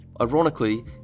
Ironically